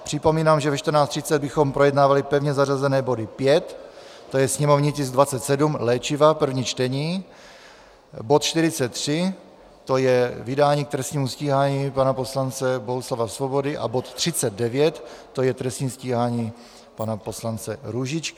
Připomínám, že ve 14.30 bychom projednávali pevně zařazené body 5, to je sněmovní tisk 27, léčiva, první čtení, bod 43, to je vydání k trestnímu stíhání pana poslance Bohuslava Svobody, a bod 39, to je trestní stíhání pana poslance Růžičky.